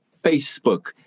facebook